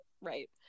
right